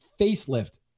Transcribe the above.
facelift